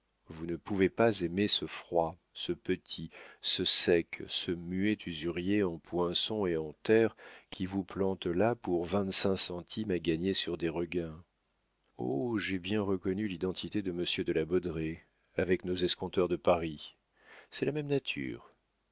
vous ne pouvez pas aimer ce froid ce petit ce sec ce muet usurier en poinçons et en terres qui vous plante là pour vingt-cinq centimes à gagner sur des regains oh j'ai bien reconnu l'identité de monsieur de la baudraye avec nos escompteurs de paris c'est la même nature